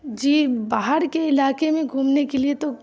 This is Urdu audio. جی باہر کے علاقے میں گھومنے کے لیے تو